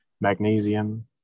magnesium